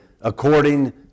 according